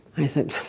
i said,